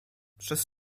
przez